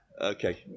Okay